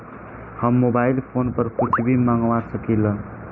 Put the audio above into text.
हम mobile phone पर कुछ भी मंगवा सकिला?